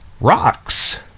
rocks